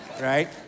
Right